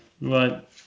Right